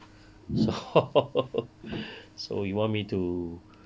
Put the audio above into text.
so so he want me to